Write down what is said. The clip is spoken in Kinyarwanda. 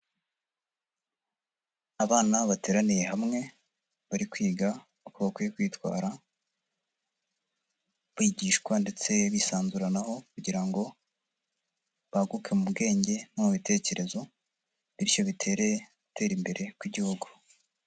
Abana bateraniye hamwe, bari kwiga uko bakwiye kwitwara, bigishwa ndetse bisanzuranaho, kugira ngo baguke mu bwenge no mu bitekerezo, bityo bitere gutera imbere kw'Igihugu.